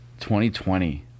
2020